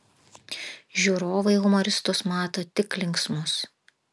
žiūrovai humoristus mato tik linksmus